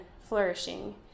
flourishing